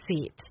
seat